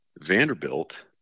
vanderbilt